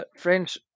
french